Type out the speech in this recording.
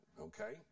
okay